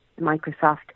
Microsoft